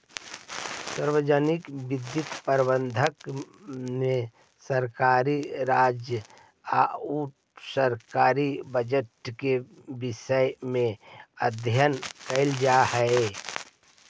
सार्वजनिक वित्तीय प्रबंधन में सरकारी राजस्व आउ सरकारी बजट के विषय में अध्ययन कैल जा हइ